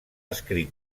escrit